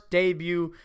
debut